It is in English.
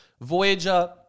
Voyager